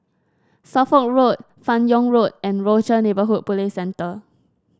Suffolk Road Fan Yoong Road and Rochor Neighborhood Police Centre